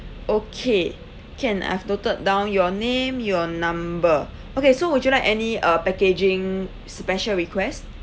okay can I've noted down your name your number okay so would you like any uh packaging special request